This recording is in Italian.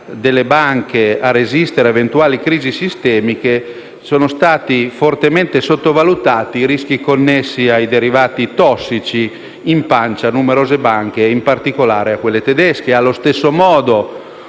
delle banche a resistere ad eventuali crisi sistemiche, sono stati fortemente sottovalutati i rischi connessi ai derivati tossici che si trovavano nella pancia di numerose banche, in particolare di quelle tedesche. Allo stesso modo,